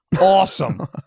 Awesome